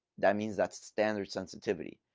that means that's standard sensitivity.